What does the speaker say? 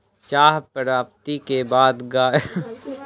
चाह प्राप्ति के बाद गाछक छंटाई कयल जाइत अछि